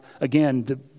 again